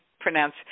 pronounce